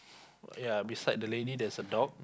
ya beside the lady there's a dog